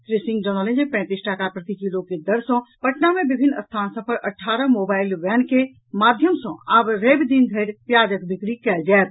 श्री सिंह जनौलनि जे पैंतीस टाका प्रति कीलो के दर सँ पटना मे विभिन्न स्थान सभ पर अठारह मोबाईल वैन के माध्यम सँ आब रवि दिन धरि प्याजक बिक्री कयल जायत